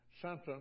sentence